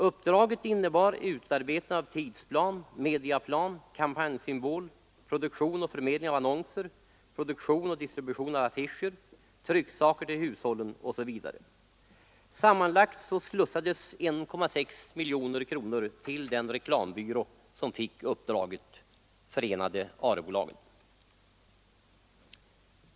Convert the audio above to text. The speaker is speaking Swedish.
Uppdraget innebar utarbetande av tidsplan, mediaplan, kampanjsymbol, produktion och förmedling av annonser, produktion och distribution av affischer, trycksaker till hushållen osv. Sammanlagt slussades 1,6 miljoner kronor till den reklambyrå som fick uppdraget, ARE-bolagen.